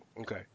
Okay